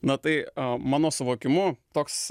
na tai mano suvokimu toks